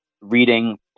reading